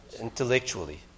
intellectually